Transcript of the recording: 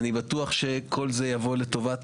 אני בטוח שכל זה יבוא לטובת